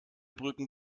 brücken